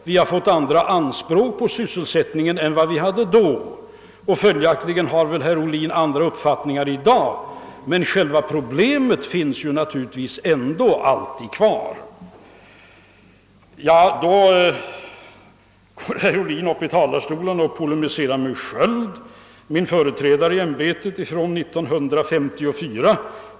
Vi har andra anspråk på sysselsättningen än då och herr Ohlin har väl andra uppfattningar i dag, men själva problemet finns naturligtvis kvar. Herr Ohlin gick nu upp i talarstolen och polemiserade mot herr Sköld, min företrädare i ämbetet från 1954.